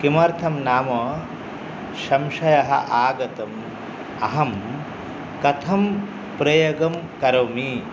किमर्थं नाम संषयः आगतः अहं कथं प्रयोगं करोमि